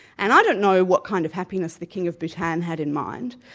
and i don't know what kind of happiness the king of bhutan had in mind,